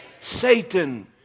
Satan